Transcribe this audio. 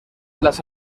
las